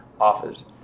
office